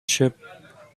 ship